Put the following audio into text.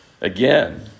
again